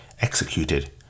executed